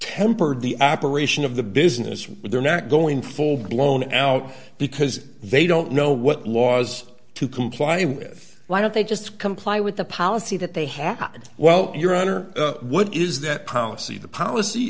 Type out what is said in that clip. tempered the operation of the business but they're not going full blown out because they don't know what laws to comply with why don't they just comply with the policy that they happened well your honor what is that policy the policy